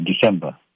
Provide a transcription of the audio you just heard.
December